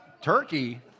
turkey